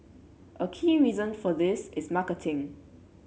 a key reason for this is marketing